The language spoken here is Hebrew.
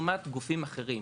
לעומת גופים אחרים.